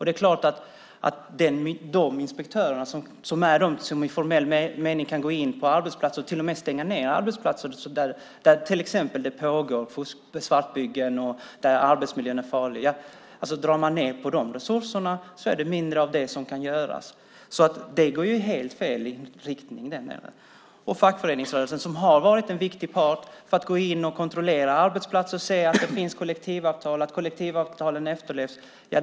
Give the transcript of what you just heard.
Dessa inspektörer är de som i formell mening kan gå in och till och med stänga en arbetsplats om det exempelvis pågår ett svartbygge eller arbetsmiljön är farlig. Om man drar ned på de resurserna kan färre inspektioner göras. Det går alltså i helt fel riktning. Fackföreningsrörelsen har varit en viktig part för att kontrollera arbetsplatser, se att det finns kollektivavtal och att avtalen efterlevs.